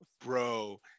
Bro